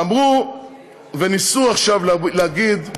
אמרו וניסו עכשיו להגיד,